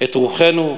את רוחנו,